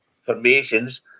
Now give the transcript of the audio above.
formations